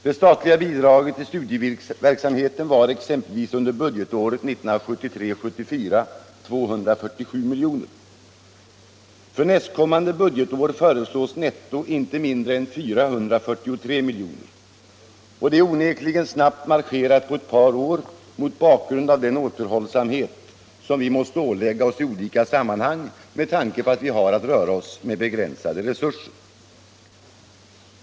Det statliga bidraget till studiecirkelverksamheten var exempelvis under budgetåret 1973/74 247 milj.kr. För nästkommande budgetår föreslås netto inte mindre än 443 milj.kr. Det är onekligen snabbt marscherat på ett par år mot bakgrund av den återhållsamhet som vi måste ålägga oss i olika sammanhang med tanke på att vi har att röra oss med begränsade resurser.